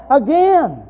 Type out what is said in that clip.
again